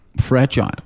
fragile